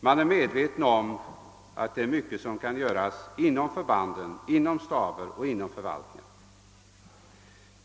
Man är medveten om att mycket kan göras inom förbanden, inom staberna och inom förvaltningarna.